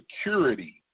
Security